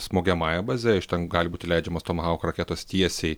smogiamąja baze iš ten gali būti leidžiamos tomahawk raketos tiesiai